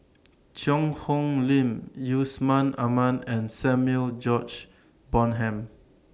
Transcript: Cheang Hong Lim Yusman Aman and Samuel George Bonham